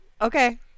Okay